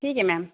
ٹھیک ہے میم